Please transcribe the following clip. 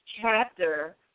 chapter